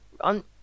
on